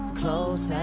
close